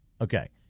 Okay